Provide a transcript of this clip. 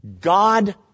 God